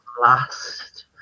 last